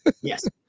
Yes